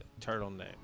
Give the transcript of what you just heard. Turtleneck